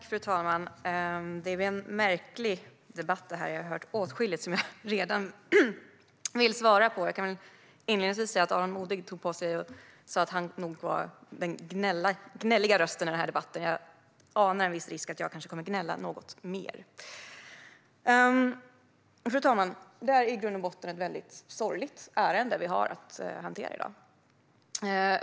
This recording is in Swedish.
Fru talman! Det här är en märklig debatt. Jag har hört åtskilligt som jag redan vill svara på. Jag kan inledningsvis säga att Aron Modig sa att han nog var den gnälliga rösten i den här debatten, men jag anar en viss risk för att jag kanske kommer att gnälla något mer. Fru talman! Det är i grund och botten ett väldigt sorgligt ärende som vi har att hantera i dag.